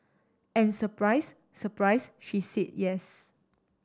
and surprise surprise she said yes